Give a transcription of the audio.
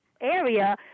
area